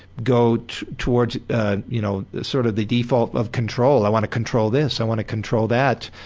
go towards you know sort of the default of control. i wanna control this, i wanna control that,